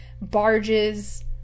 barges